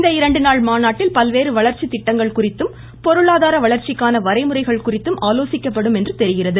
இந்த இரண்டு நாள் மாநாட்டில் பல்வேறு வளர்ச்சி திட்டங்கள் குறித்தும் பொருளாதார வளர்ச்சிக்கான வரைமுறைகள் குறித்தும் ஆலோசிக்கப்படும் என்று தெரிகிறது